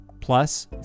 plus